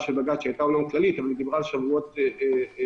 של בג"צ שהיתה כללית אבל דיברה על שבועות ספורים,